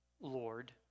Lord